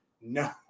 no